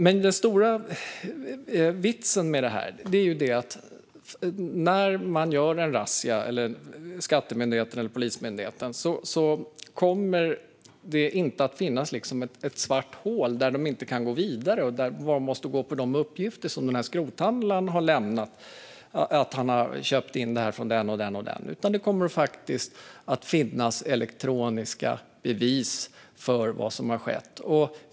Men den stora vitsen med detta är att när Skattemyndigheten eller Polismyndigheten gör en razzia kommer det inte att finnas ett svart hål de inte kan gå vidare från och där de måste gå på de uppgifter som skrothandlaren lämnat om att han köpt från den och den. Det kommer att finnas elektroniska bevis för vad som skett.